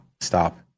stop